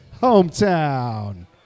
Hometown